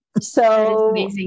So-